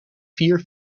vier